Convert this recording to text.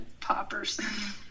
Poppers